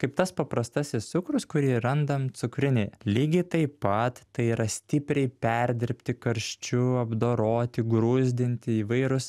kaip tas paprastasis cukrus kurį randam cukrinėj lygiai taip pat tai yra stipriai perdirbti karščiu apdoroti gruzdinti įvairūs